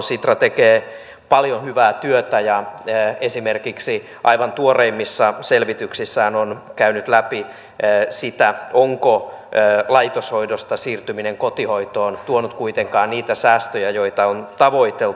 sitra tekee paljon hyvää työtä ja esimerkiksi aivan tuoreimmissa selvityksissään on käynyt läpi sitä onko siirtyminen laitoshoidosta kotihoitoon tuonut kuitenkaan niitä säästöjä joita on tavoiteltu